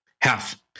Half